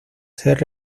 ser